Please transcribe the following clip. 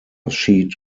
sheet